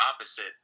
opposite